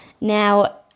Now